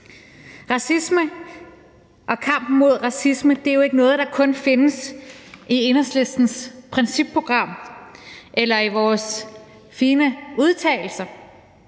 racisme. Kampen mod racisme er jo ikke noget, der kun findes i Enhedslistens principprogram eller i vores fine udtalelser,